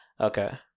Okay